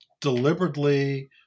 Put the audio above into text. deliberately